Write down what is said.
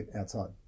outside